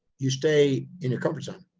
you stay in your comfort zone,